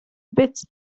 bits